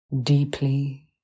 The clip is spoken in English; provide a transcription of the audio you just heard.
deeply